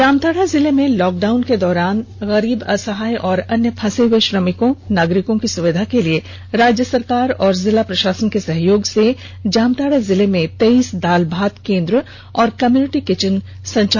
जामताड़ा जिले में lockdown के दौरान में गरीब असहाय और अन्य फंसे हुए श्रमिकों नागरिकों की सुविधा के लिए राज्य सरकार और जिला प्रशासन के सहयोग से पूरे जामताड़ा जिले में तेईस दाल भात केंद एवं कम्युनिटी किचन संचालित किया जा रहा है